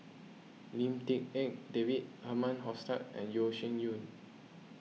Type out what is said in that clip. Lim Tik En David Herman Hochstadt and Yeo Shih Yun